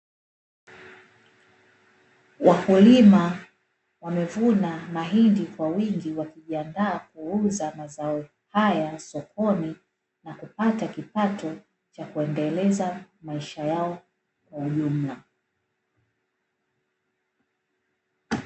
Wakulima wamevuna mahindi kwa wingi, wakijiandaa kuuza mazao haya sokoni na kupata kipato cha kuendeleza maisha yao kwa ujumla.